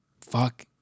fuck